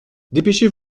dépêchez